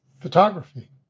photography